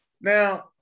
Now